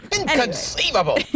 Inconceivable